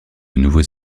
nouveaux